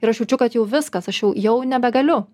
ir aš jaučiu kad jau viskas aš jau jau nebegaliu